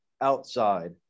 outside